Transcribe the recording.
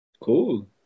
Cool